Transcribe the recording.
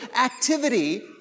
activity